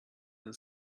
and